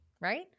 Right